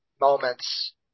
moments